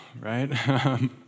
right